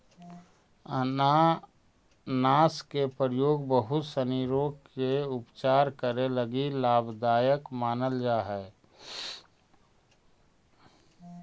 अनानास के प्रयोग बहुत सनी रोग के उपचार करे लगी लाभदायक मानल जा हई